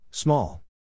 Small